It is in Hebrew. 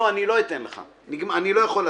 לא אתן לך, אני לא יכול לתת.